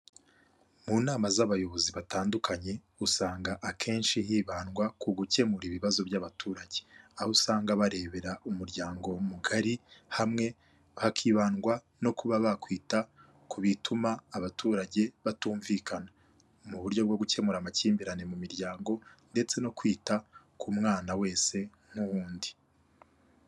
Mu nama z'abayobozi batandukanye usanga akenshi hibandwa ku gukemura ibibazo by'abaturage aho usanga barebera umuryango mugari hamwe hakibandwa no kuba bakwita ku bituma abaturage batumvikana mu buryo bwo gukemura amakimbirane mu miryango ndetse no kwita ku mwana wese nk'uwundi.